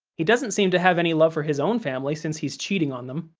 he doesn't seem to have any love for his own family since he's cheating on them.